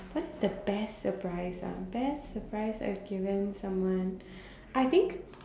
what's the best surprise ah best surprise I've given someone I think